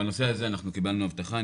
בנושא הזה אנחנו קיבלנו הבטחה,